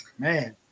Man